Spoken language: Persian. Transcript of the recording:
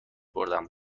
بردم